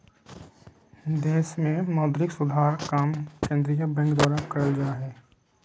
देश मे मौद्रिक सुधार काम केंद्रीय बैंक द्वारा करल जा हय